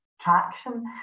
traction